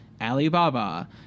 Alibaba